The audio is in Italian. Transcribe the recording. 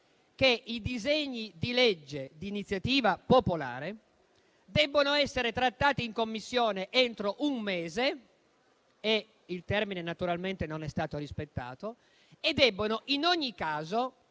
che i disegni di legge di iniziativa popolare debbono essere trattati in Commissione entro un mese (questo termine, naturalmente, non è stato rispettato) e in ogni caso,